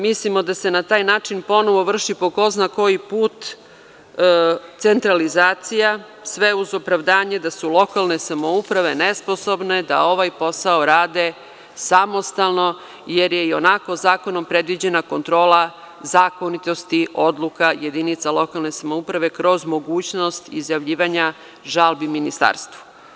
Mislimo da se na taj način ponovo vrši, po ko zna koji put, centralizacija, sve uz opravdanje da su lokalne samouprave nesposobne da ovaj posao rade samostalno, jer je i onako zakonom predviđena kontrola zakonitosti odluka jedinica lokalne samouprave, kroz mogućnost izjavljivanja žalbi ministarstvu.